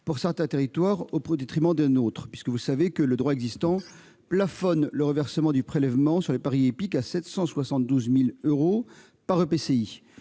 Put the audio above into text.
pour certains territoires, au détriment des autres. En effet, le droit existant plafonne le reversement du prélèvement sur les paris hippiques à 772 000 euros par EPCI.